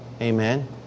Amen